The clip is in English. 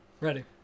Ready